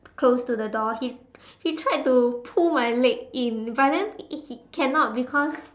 close to the door he he tried to pull my leg in but then he cannot because